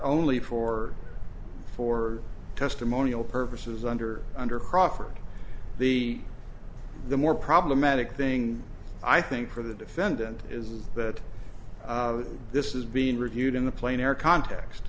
only for for testimonial purposes under under crawford the the more problematic thing i think for the defendant is that this is being reviewed in the plane or context